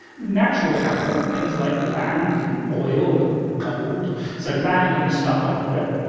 natural capital, things like land and oil and gold so land and the stuff under it.